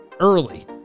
Early